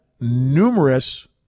numerous